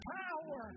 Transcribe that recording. power